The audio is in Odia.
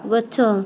ଗଛ